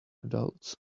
adults